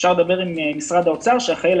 אפשר לדבר עם משרד האוצר שאחראי על